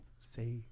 Say